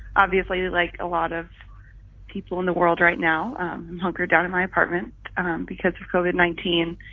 obviously like a lot of people in the world right now, i'm hunkered down in my apartment um because of covid nineteen,